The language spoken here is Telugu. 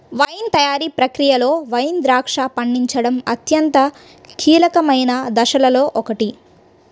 వైన్ తయారీ ప్రక్రియలో వైన్ ద్రాక్ష పండించడం అత్యంత కీలకమైన దశలలో ఒకటి